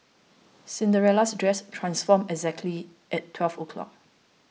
Cinderella's dress transformed exactly at twelve o'clock